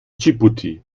dschibuti